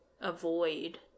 avoid